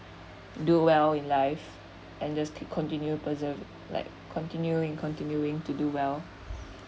do well in life and just keep continue persev~ like continue and continuing to do well